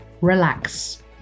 relax